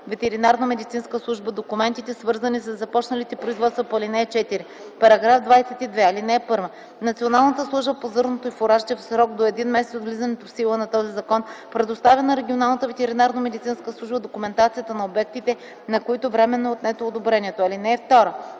ветеринарномедицинска служба документите, свързани със започналите производства по ал. 4. § 22. (1) Националната служба по зърното и фуражите, в срок до един месец от влизането в сила на този закон, предоставя на Регионалната ветеринарномедицинска служба документацията на обектите, на които временно е отнето одобрението. (2)